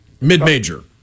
mid-major